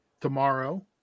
tomorrow